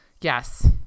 yes